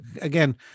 Again